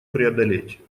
преодолеть